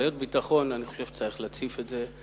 בעיות ביטחון, אני חושב שצריך להציף את זה.